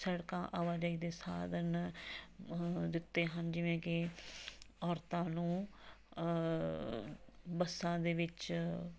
ਸੜਕਾਂ ਆਵਾਜਾਈ ਦੇ ਸਾਧਨ ਉਹ ਦਿੱਤੇ ਹਨ ਜਿਵੇਂ ਕਿ ਔਰਤਾਂ ਨੂੰ ਬੱਸਾਂ ਦੇ ਵਿੱਚ